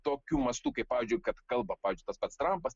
tokių mastų kaip pavyzdžiui kad kalba pavyzdžiui tas pats trampas